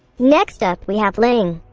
next up, we have ling.